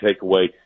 takeaway